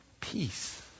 Peace